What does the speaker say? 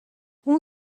اون